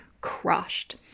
crushed